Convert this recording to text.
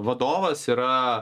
vadovas yra